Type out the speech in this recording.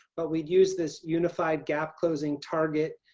but we'd use this unified gap closing target.